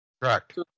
Correct